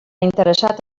interessat